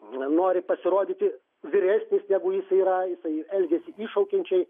nori pasirodyti vyresnis negu jisai yra jisai elgiasi iššaukiančiai